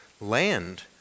land